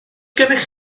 gennych